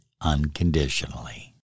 unconditionally